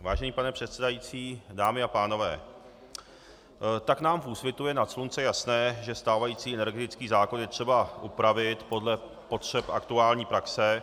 Vážený pane předsedající, dámy a pánové, tak nám v Úsvitu je nad slunce jasné, že stávající energetický zákon je třeba upravit podle potřeb aktuální praxe.